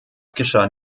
geschah